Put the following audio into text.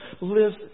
lives